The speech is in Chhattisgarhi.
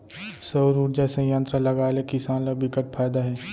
सउर उरजा संयत्र लगाए ले किसान ल बिकट फायदा हे